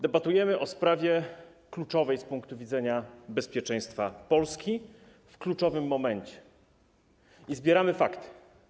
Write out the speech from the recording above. Debatujemy o sprawie kluczowej z punktu widzenia bezpieczeństwa Polski w kluczowym momencie i zbieramy fakty.